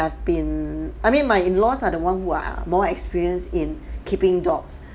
have been I mean my in laws are the one who are more experienced in keeping dogs